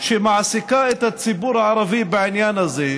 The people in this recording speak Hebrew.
שמעסיקה את הציבור הערבי בעניין הזה,